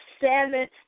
seventh